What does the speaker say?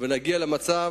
ונגיע למצב